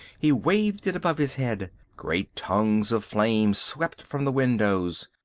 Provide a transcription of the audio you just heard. he waved it above his head. great tongues of flame swept from the windows.